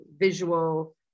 visual